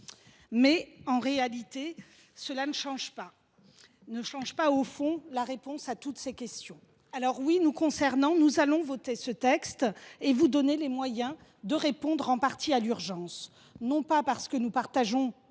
Mais en réalité, cela ne change pas la réponse à toutes ces questions. Alors oui, nous concernant, nous allons voter ce texte et vous donner les moyens de répondre en partie à l’urgence. Non pas parce que nous partageons